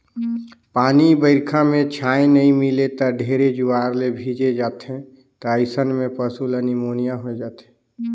पानी बइरखा में छाँय नइ मिले त ढेरे जुआर ले भीजे जाथें त अइसन में पसु ल निमोनिया होय जाथे